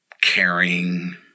caring